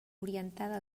orientada